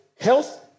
health